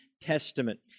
Testament